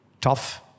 tough